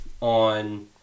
on